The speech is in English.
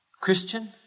Christian